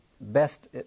best